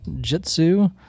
Jitsu